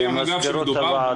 למזכירות הוועדה.